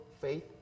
faith